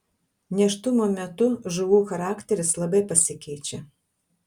nėštumo metu žuvų charakteris labai pasikeičia